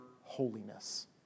holiness